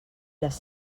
les